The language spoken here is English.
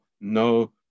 no